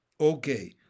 Okay